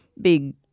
big